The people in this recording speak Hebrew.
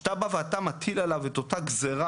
כשאתה בא ואתה מטיל עליו את אותה גזרה,